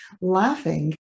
laughing